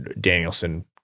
Danielson